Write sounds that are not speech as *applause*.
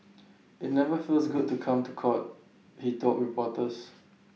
IT never feels *noise* good to come to court he told reporters